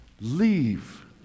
leave